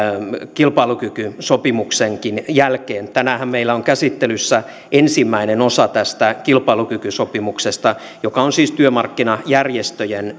kilpailukykysopimuksenkin jälkeen tänäänhän meillä on käsittelyssä ensimmäinen osa tästä kilpailukykysopimuksesta joka on siis työmarkkinajärjestöjen